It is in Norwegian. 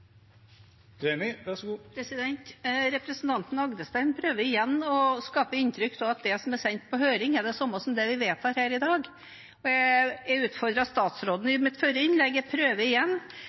Representanten Rodum Agdestein prøver igjen å skape inntrykk av at det som er sendt på høring, er det samme som det vi vedtar her i dag. Jeg utfordret statsråden i mitt forrige innlegg – jeg prøver igjen: